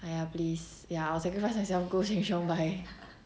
!aiya! please ya I'll sacrifice myself go Sheng Siong buy